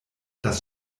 dass